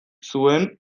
zuen